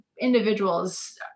individuals